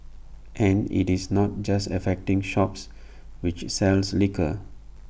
and IT is not just affecting shops which sells liquor